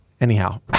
Anyhow